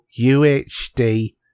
UHD